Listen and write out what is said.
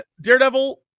daredevil